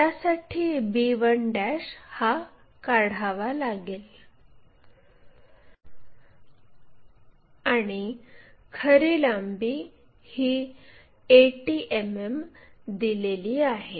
तर त्यासाठी b1 हा काढावा लागेल आणि खरी लांबी ही 80 मिमी दिलेली आहे